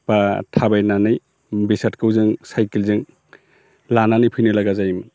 बा थाबायनानै बेसादखौ जों सायकेलजों लानानै फैनो लागा जायोमोन